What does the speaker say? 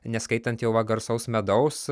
neskaitant jau va garsaus medaus